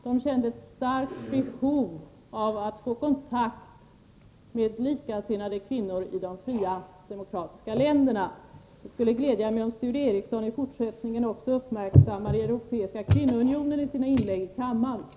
De kände ett starkt behov av att få kontakt med likasinnade kvinnor i de fria, demokratiska länderna. Det skulle glädja mig, om Sture Ericson i fortsättningen också uppmärksammade Europeiska kvinnounionen i sina inlägg i kammaren.